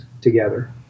together